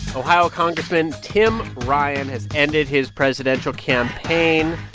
ohio congressman tim ryan has ended his presidential campaign.